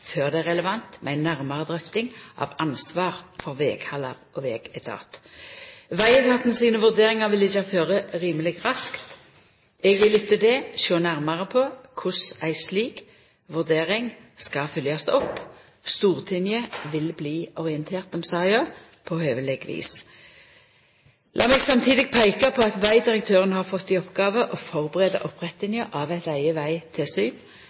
før det er relevant med ei nærmare drøfting av ansvar for veghaldar og vegetat. Vegetaten sine vurderingar vil liggja føre rimeleg raskt. Eg vil etter det sjå nærmare på korleis ei slik vurdering skal følgjast opp. Stortinget vil bli orientert om saka på høveleg vis. Lat meg samtidig peika på at vegdirektøren har fått i oppgåve å førebu opprettinga av eit eige vegtilsyn.